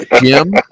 Jim